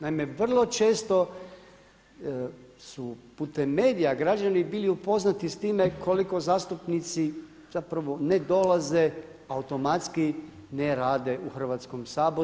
Naime, vrlo često su putem medija građani bili upoznati s time koliko zastupnici zapravo ne dolaze automatski ne rade u Hrvatskom saboru.